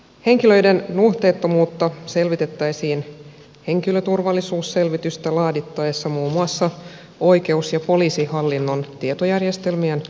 henkilöiden nuhteettomuutta selvitettäisiin henkilöturvallisuusselvitystä laadittaessa muun muassa oikeus ja poliisihallinnon tietojärjestelmien avulla